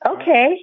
Okay